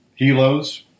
helos